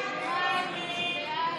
הסתייגות 313 לא נתקבלה.